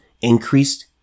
increased